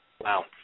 Wow